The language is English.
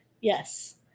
Yes